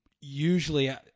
Usually